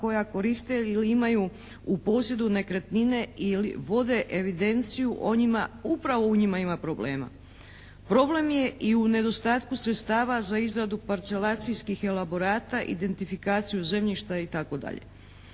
koja koriste ili imaju u posjedu nekretnine ili vode evidenciju o njima, upravo u njima ima problema. Problem je i u nedostatku sredstava za izradu parcelacijskih elaborata, identifikaciju zemljišta, itd.